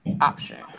option